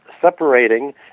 separating